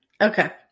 Okay